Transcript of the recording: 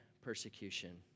persecution